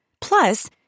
Plus